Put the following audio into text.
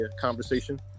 conversation